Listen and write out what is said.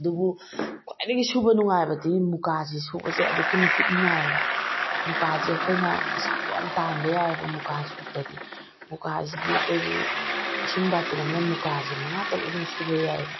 ꯑꯗꯨꯕꯨ ꯈ꯭ꯋꯥꯏꯗꯒꯤ ꯁꯨꯕ ꯅꯨꯡꯉꯥꯏꯕꯗꯤ ꯃꯨꯀꯥꯁꯤ ꯁꯨꯕꯁꯤ ꯑꯗꯨꯛꯀꯤ ꯃꯇꯤꯛ ꯅꯨꯡꯉꯥꯏꯌꯦꯕ ꯃꯨꯀꯥꯁꯦ ꯑꯩꯈꯣꯏꯅ ꯄꯩꯁꯥꯁꯨ ꯌꯥꯝ ꯇꯥꯟꯕ ꯌꯥꯏꯌꯦꯕ ꯃꯨꯀꯥ ꯁꯨꯕꯗꯗꯤ ꯃꯨꯀꯥꯁꯤꯗꯤ ꯑꯩꯈꯣꯏꯒꯤ ꯏꯁꯤꯡ ꯕꯥꯇꯤꯟ ꯑꯃꯅ ꯃꯨꯀꯥꯁꯤ ꯃꯉꯥ ꯇꯔꯨꯛ ꯑꯗꯨꯝ ꯁꯨꯕ ꯌꯥꯏꯌꯦꯕ